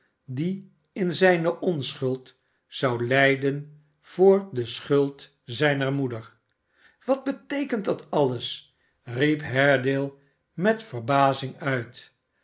die in zijne onschuld zou lijden voor de schuld zijner moeder wat beteekent dat alles f riep haredale met verbazing uit